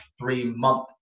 three-month